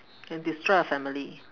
can destroy a family